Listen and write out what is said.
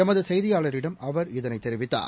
எமதுசெய்தியாளரிடம் அவர் இதனைதெரிவித்தார்